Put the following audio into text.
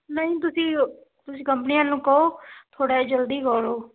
ਨਹੀਂ ਤੁਸੀਂ ਤੁਸੀਂ ਕੰਪਨੀ ਵਾਲਿਆਂ ਨੂੰ ਕਹੋ ਥੋੜ੍ਹਾ ਜਿਹਾ ਜਲਦੀ ਕਰੋ